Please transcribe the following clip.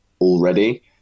already